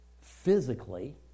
physically